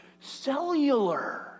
cellular